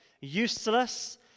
useless